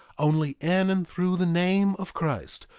only in and through the name of christ,